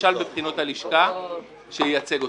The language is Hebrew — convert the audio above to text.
שנכשל בבחינות הלשכה שייצג אותך.